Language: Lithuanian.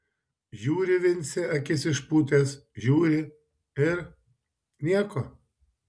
žiūri vincė akis išpūtęs žiūri ir nieko